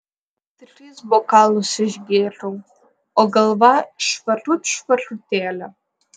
tris bokalus išgėriau o galva švarut švarutėlė